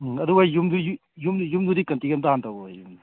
ꯎꯝ ꯑꯗꯨ ꯑꯩ ꯌꯨꯝ ꯌꯨꯝ ꯌꯨꯝꯗꯨꯗꯤ ꯀꯟꯇꯦꯛ ꯑꯝꯇ ꯍꯥꯟꯅ ꯇꯧꯔꯛꯑꯣꯌꯨꯅ